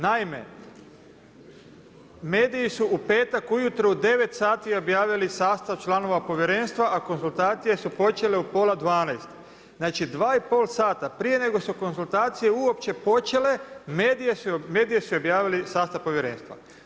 Naime, mediji su u petak ujutro u 9 sati objavili sastav članova Povjerenstva a konzultacije su počele u pola 12. znači, dva i pol sata prije nego su konzultacije uopće počele, mediji su objavili sastav Povjerenstva.